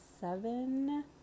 seven